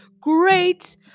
great